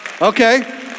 Okay